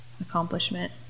accomplishment